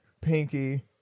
Pinky